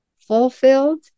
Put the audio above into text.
fulfilled